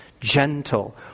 gentle